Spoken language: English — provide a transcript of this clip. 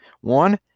one